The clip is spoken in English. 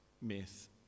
myth